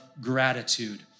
gratitude